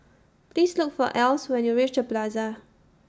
Please Look For Else when YOU REACH The Plaza